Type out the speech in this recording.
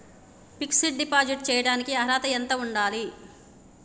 Fix డ్ deposit చేయటానికి అర్హత ఎంత ఉండాలి?